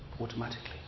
Automatically